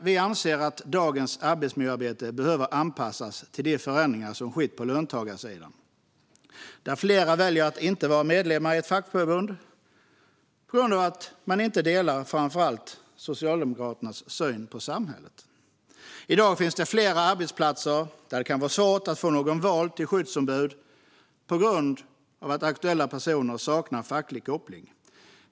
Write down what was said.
Vi anser att dagens arbetsmiljöarbete behöver anpassas till de förändringar som har skett på löntagarsidan, där fler väljer att inte vara medlemmar i ett fackförbund på grund av att man inte delar framför allt Socialdemokraternas syn på samhället. I dag finns det arbetsplatser där det kan vara svårt att få någon vald till skyddsombud på grund av att aktuella personer saknar facklig koppling.